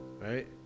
right